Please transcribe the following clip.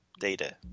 data